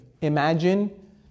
Imagine